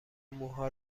موها